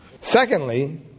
Secondly